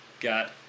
Got